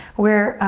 we're